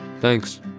Thanks